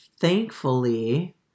thankfully